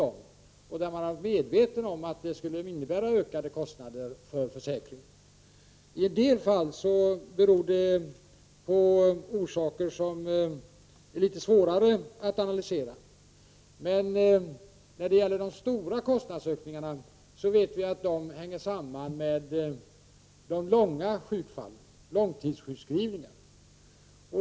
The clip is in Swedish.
Man har i de fallen varit medveten om att besluten skulle komma att innebära ökade kostnader för försäkringen. I andra fall har kostnadsökningarna orsaker som är litet svårare att analysera. Men när det gäller de stora kostnadsökningarna vet vi att de hänger samman med långtidssjukskrivningar.